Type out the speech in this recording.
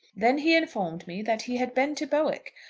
then he informed me that he had been to bowick,